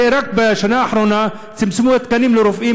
הרי רק בשנה האחרונה צומצמו התקנים לרופאים